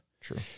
True